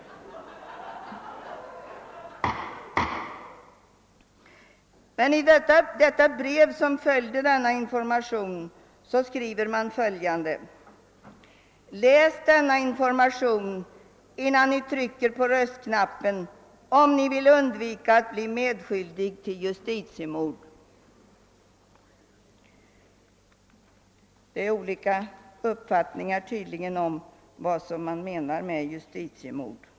I det brev som medföljde denna information står följande: »Läs denna information innan ni trycker på röstknappen, om ni vill undvika att bli medskyldig till justitiemord.« Det råder tydligen olika uppfattningar om vad som menas med justitiemord.